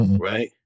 Right